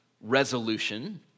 resolution